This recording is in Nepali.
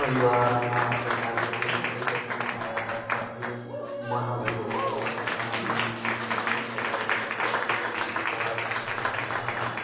परिवारमा पहिला सबै एकै ठाउँ भएर बस्ने मन हुन्थ्यो सबैजना मिलीजुली एउटै परिवार भएर बस्ने मन हुन्थ्यो तर अहिले त्यस्तो छैन